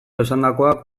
esandakoak